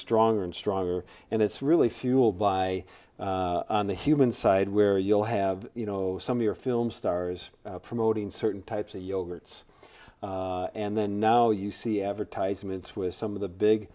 stronger and stronger and it's really fueled by the human side where you'll have you know some of your film stars promoting certain types of yogurts and then now you see advertisements with some of the big